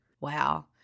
wow